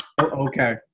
Okay